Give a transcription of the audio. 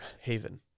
haven